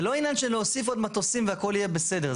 זה לא עניין של להוסיף עוד מטוסים והכל יהיה בסדר.